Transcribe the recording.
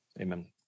Amen